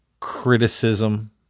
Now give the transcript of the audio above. criticism